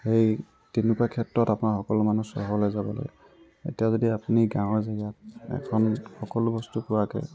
সেই তেনেকুৱা ক্ষেত্ৰত আপোনাৰ সকলো মানুহ চহৰলৈ যাব লাগে এতিয়া যদি আপুনি গাঁৱৰ জেগাত এখন সকলো বস্তু পোৱাকৈ